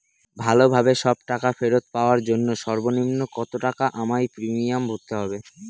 ভালোভাবে সব টাকা ফেরত পাওয়ার জন্য সর্বনিম্ন কতটাকা আমায় প্রিমিয়াম ভরতে হবে?